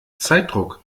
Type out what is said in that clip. zeitdruck